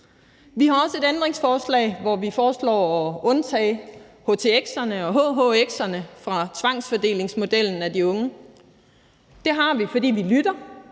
Vi har også et ændringsforslag, hvor vi foreslår at undtage htx'erne og hhx'erne fra tvangsfordelingsmodellen af de unge, og det har vi, fordi vi lytter,